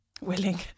Willing